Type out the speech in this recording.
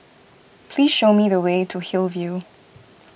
please show me the way to Hillview